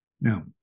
Now